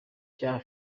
cya